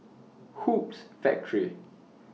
Hoops Factory